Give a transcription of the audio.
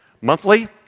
Monthly